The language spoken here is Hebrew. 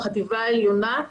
בחטיבה העליונה,